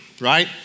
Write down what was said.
right